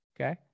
Okay